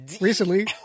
recently